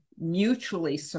mutually